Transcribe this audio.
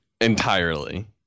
entirely